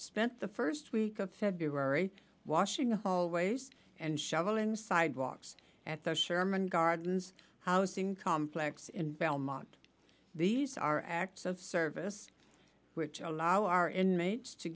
spent the first week of february washing the hallways and shovel in sidewalks at the sherman gardens housing complex in belmont these are acts of service which allow our